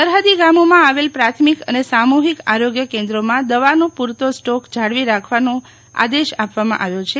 સરહદી ગામોમાં આવેલ પ્રાથમિક અને સામુહિક આરોગ્ય કેન્દ્રોમાં દવાનો પુરતો સ્ટોક જાળવી રાખવાનો આદેશ આપવામાં આવ્યો છે